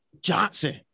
Johnson